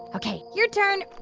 ok. your turn.